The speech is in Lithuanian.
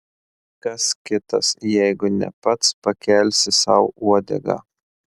kas kitas jeigu ne pats pakelsi sau uodegą